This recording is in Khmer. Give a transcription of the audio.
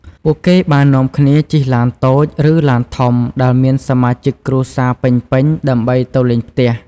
ពួកគេបាននាំគ្នាជិះឡានតូច ឬឡានធំដែលមានសមាជិកគ្រួសារពេញៗ ដើម្បីទៅលេងផ្ទះ។